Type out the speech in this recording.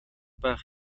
байх